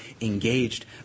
engaged